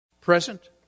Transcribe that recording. Present